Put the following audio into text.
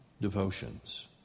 devotions